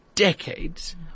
decades